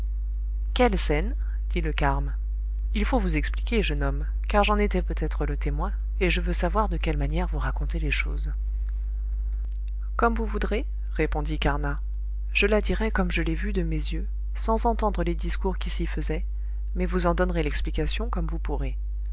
quelle scène dit le carme il faut vous expliquer jeune homme car j'en étais peut-être le témoin et je veux savoir de quelle manière vous racontez les choses comme vous voudrez répondit carnat je la dirai comme je l'ai vue de mes yeux sans entendre les discours qui s'y faisaient mais vous en donnerez l'explication comme vous pourrez